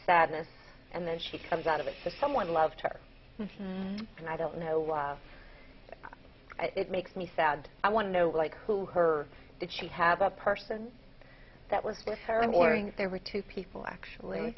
sadness and then she comes out of it that someone loved her and i don't know why it makes me sad i want to know like who her that she have a person that was with her i'm wondering if there were two people actually